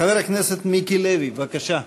חבר הכנסת מיקי לוי, בבקשה.